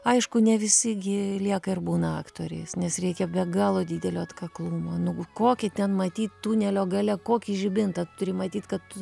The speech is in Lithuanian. aišku ne visi gi lieka ir būna aktoriais nes reikia be galo didelio atkaklumo nu kokį ten matyt tunelio gale kokį žibintą tu turi matyt kad